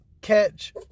catch